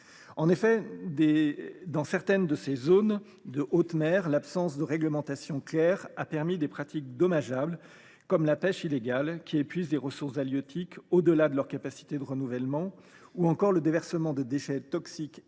En effet, dans certaines de ces zones de haute mer, l’absence de réglementation claire a permis des pratiques dommageables, comme la pêche illégale, qui épuise les ressources halieutiques au delà de leur capacité de renouvellement, ou encore le déversement de déchets toxiques et